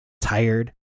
tired